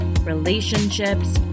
relationships